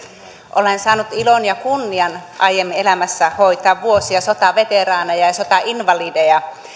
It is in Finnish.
olen saanut ilon ja kunnian aiemmin elämässäni hoitaa vuosia sotaveteraaneja ja sotainvalideja